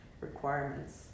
requirements